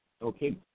Okay